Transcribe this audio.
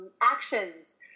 actions